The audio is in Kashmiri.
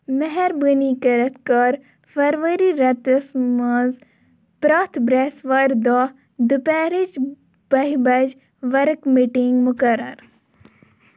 مٮ۪ہربٲنی کٔرِتھ کٔر فرؤری رٮ۪تس منٛز پرٛتھ برٛٮ۪سوارِ دۄہ دُپہرچہِ بہہِ بجہِ ؤرٕک میٖٹِنٛگ مُقرر